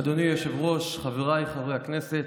אדוני היושב-ראש, חבריי חברי הכנסת,